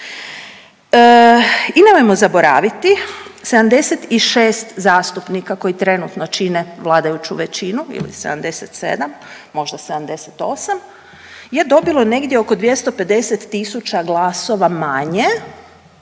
I nemojmo zaboraviti, 76 zastupnika koji trenutno čine vladajuću većinu ili 77, možda 78, je dobilo negdje oko 250 tisuća glasova manje